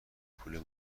پول